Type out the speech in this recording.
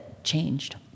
Changed